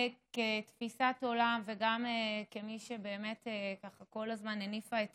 כתפיסת עולם וגם כמי שבאמת כל הזמן הניפה את